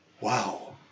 Wow